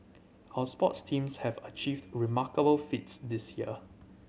our sports teams have achieved remarkable feats this year